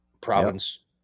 province